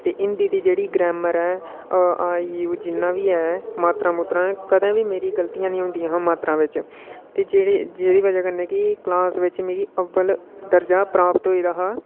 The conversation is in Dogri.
ते हिंदी जेह्ड़ी गरैमर ऐ अ आ ई ऊ जिन्ना बी ऐ मात्रां शात्रां कदें बी मेरी गलतियां नेईं ही होंदियां हां मात्रां बिच ते जेह्ड़े जेह्ड़ी बजह् कन्नै कि कलास बिच मिगी अब्बल दर्जा प्राप्त होइयै दा हा